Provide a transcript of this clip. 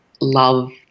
love